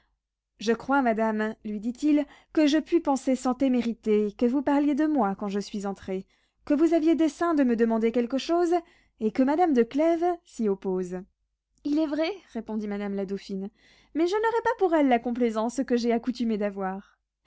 je crois madame lui dit-il que je puis penser sans témérité que vous parliez de moi quand je suis entré que vous aviez dessein de me demander quelque chose et que madame de clèves s'y oppose il est vrai répondit madame la dauphine mais je n'aurai pas pour elle la complaisance que j'ai accoutumé d'avoir